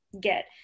get